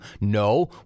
no